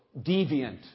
deviant